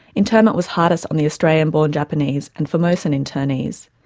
internment was hardest on the australian-born japanese and formosan internees.